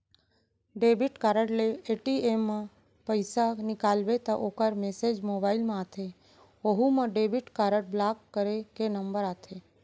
debit card ले ATM म पइसा निकालबे त ओकर मेसेज मोबाइल म आथे ओहू म डेबिट कारड ब्लाक करे के नंबर आथे